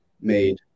made